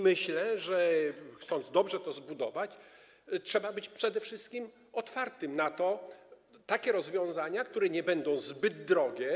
Myślę, że chcąc dobrze to zbudować, trzeba być przede wszystkim otwartym na takie rozwiązania, które nie będą zbyt drogie.